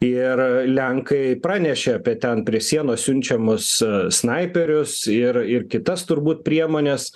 ir lenkai pranešė apie ten prie sienos siunčiamus snaiperius ir ir kitas turbūt priemones